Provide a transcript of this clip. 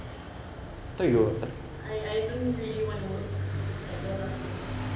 I I don't really wanna work at plaza singapura